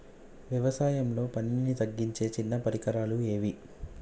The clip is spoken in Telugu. వ్యవసాయంలో పనిని తగ్గించే చిన్న పరికరాలు ఏవి?